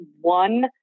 one